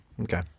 okay